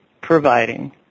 providing